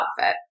outfit